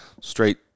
straight